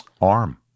arm